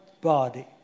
body